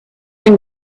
and